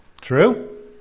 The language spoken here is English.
True